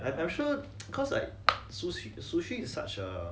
I'm I'm sure cause like sushi sushi is such a